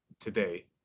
today